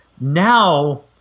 now